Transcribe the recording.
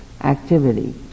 activity